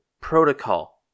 protocol